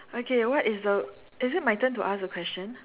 okay what is the is it my turn to ask the question